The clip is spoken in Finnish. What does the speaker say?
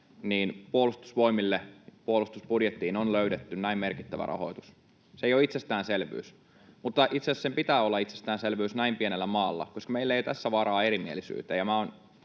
Puolustusvoimille ja puolustusbudjettiin on löydetty näin merkittävä rahoitus. Se ei ole itsestäänselvyys, mutta itse asiassa sen pitää olla itsestäänselvyys näin pienellä maalla, koska meillä ei ole tässä varaa erimielisyyteen.